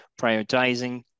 prioritizing